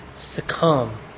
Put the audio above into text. succumb